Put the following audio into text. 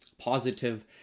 positive